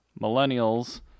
millennials